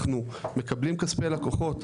אנחנו מקבלים כספי לקוחות,